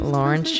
Lauren